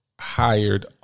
hired